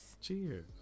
Cheers